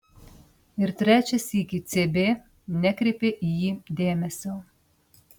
ir trečią sykį cb nekreipė į jį dėmesio